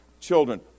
Children